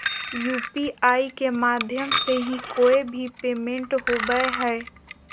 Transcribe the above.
UPI के माध्यम से ही कोय भी पेमेंट होबय हय